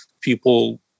people